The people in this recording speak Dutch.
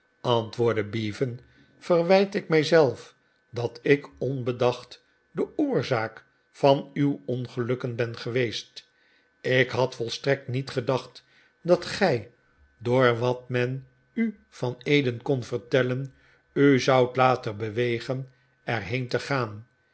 antwoordde bevan verwijt ik mij zelf dat ik onbedacht de oorzaak van uw ongelukken ben geweest ik had volstrekt niet gedacht dat gij door wat men u van eden kon vertellen u zoudt laten bewegen er heen te gaan